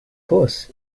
course